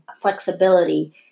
flexibility